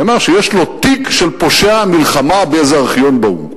נאמר שיש לו תיק של פושע מלחמה באיזה ארכיון באו"ם.